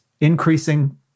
Increasing